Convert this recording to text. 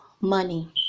money